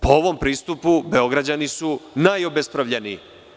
Po ovom pristupu Beograđani su najobespravljeniji.